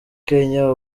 kenya